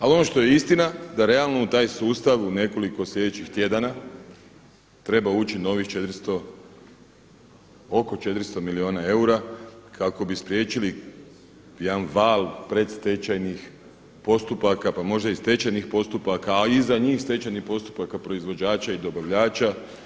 Ali ono što je istina da realno u taj sustav u nekoliko sljedećih tjedana treba ući novih 400, oko 400 milijuna eura kako bi spriječili jedan val predstečajnih postupaka pa možda i stečajnih postupaka a iza njih stečajnih postupaka proizvođača i dobavljača.